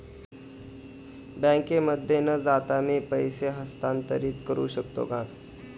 बँकेमध्ये न जाता मी पैसे हस्तांतरित करू शकतो का?